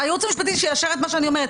שהייעוץ המשפטי יאשר את מה שאני אומר.